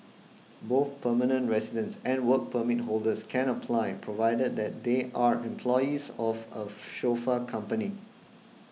both permanent residents and Work Permit holders can apply provided that they are employees of a chauffeur company